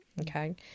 Okay